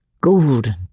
golden